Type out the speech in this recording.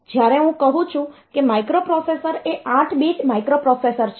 જ્યારે હું કહું છું કે માઇક્રોપ્રોસેસર એ 8 બીટ માઇક્રોપ્રોસેસર છે